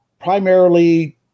primarily